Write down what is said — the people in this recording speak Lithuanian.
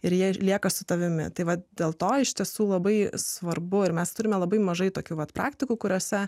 ir jie lieka su tavimi tai va dėl to iš tiesų labai svarbu ir mes turime labai mažai tokių praktikų kuriose